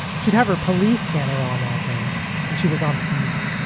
she'd have her police scanner on all day when she was on the beat.